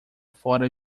fora